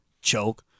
Choke